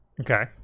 Okay